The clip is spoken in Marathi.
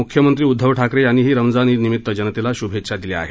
मुख्यमंत्री उद्धव ठाकरे यांनीही रमजान ईद निमित्त जनतेला श्भेच्छा दिल्या आहेत